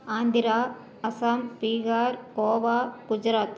Andhra Assam Bihar Goa Gujarat